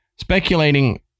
Speculating